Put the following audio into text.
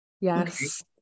yes